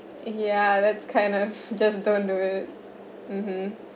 yeah that's kind of just don't do it mmhmm